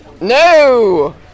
No